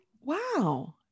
Wow